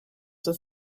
with